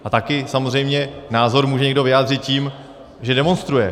A taky samozřejmě názor může někdo vyjádřit tím, že demonstruje.